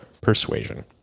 persuasion